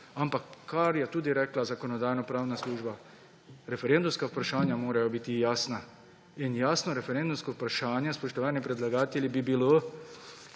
ampak kar je tudi rekla Zakonodajno-pravna služba – referendumska vprašanja morajo biti jasna. In jasno referendumsko vprašanje, spoštovani predlagatelji, bi bilo,